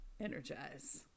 energize